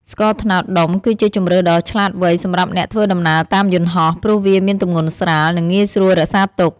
ស្ករត្នោតដុំគឺជាជម្រើសដ៏ឆ្លាតវៃសម្រាប់អ្នកធ្វើដំណើរតាមយន្តហោះ ព្រោះវាមានទម្ងន់ស្រាល និងងាយស្រួលរក្សាទុក។